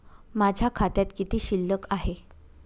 माझ्या खात्यात किती शिल्लक आहे?